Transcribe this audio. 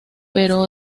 pero